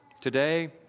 today